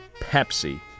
Pepsi